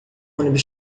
ônibus